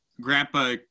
Grandpa